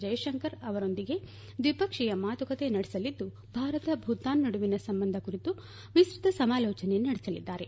ಜೈಶಂಕರ್ ಅವರೊಂದಿಗೆ ದ್ವಿಪಕ್ಷೀಯ ಮಾತುಕತೆ ನಡೆಸಲಿದ್ದು ಭಾರತ ಭೂತಾನ್ ನಡುವಿನ ಸಂಬಂಧ ಕುರಿತು ವಿಸ್ತತ ಸಮಾಲೋಚನೆ ನಡೆಸಲಿದ್ದಾರೆ